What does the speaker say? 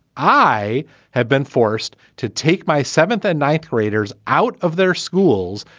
i have been forced to take my seventh and ninth graders out of their schools,